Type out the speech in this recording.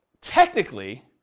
technically